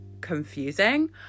confusing